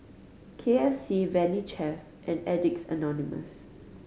K F C Valley Chef and Addicts Anonymous